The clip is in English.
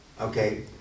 Okay